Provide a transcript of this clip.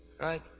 right